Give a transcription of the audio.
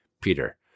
Peter